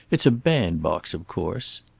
it's a band-box, of course.